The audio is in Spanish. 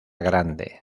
grande